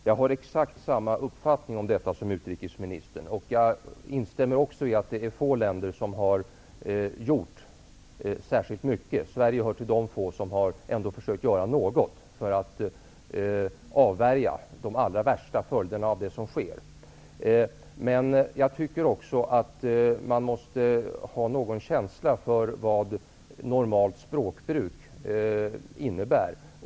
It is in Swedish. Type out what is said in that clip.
Fru talman! Jag har exakt samma uppfattning om detta som utrikesministern. Jag instämmer också i att det är få länder som har gjort särskilt mycket. Sverige hör till de få som har försökt att göra något för att avvärja de allra värsta följderna av det som sker. Jag tycker också att man måste ha någon känsla för vad normalt språkbruk innebär.